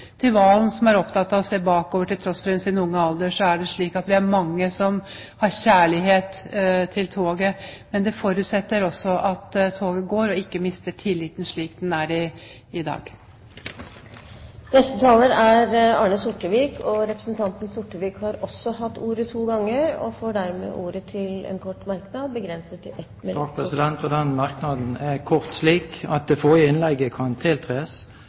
Til Serigstad Valen – som er opptatt av å se bakover, til tross for sin unge alder: Det er slik at vi er mange som har kjærlighet til toget, men det forutsetter at toget går, og at man ikke mister tilliten, slik man gjør i dag. Representanten Arne Sortevik har hatt ordet to ganger tidligere og får ordet til en kort merknad, begrenset til 1 minutt. Den merknaden er kort – det forrige innlegget kan tiltres. Det er viktig at Stortinget får mange debatter om situasjonen i